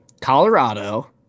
Colorado